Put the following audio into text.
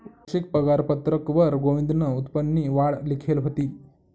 वारशिक पगारपत्रकवर गोविंदनं उत्पन्ननी वाढ लिखेल व्हती